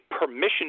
permission